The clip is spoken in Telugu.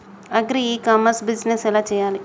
అగ్రి ఇ కామర్స్ బిజినెస్ ఎలా చెయ్యాలి?